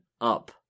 up